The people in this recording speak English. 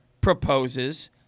proposes